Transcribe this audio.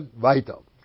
vital